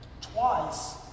twice